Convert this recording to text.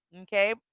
okay